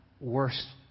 worse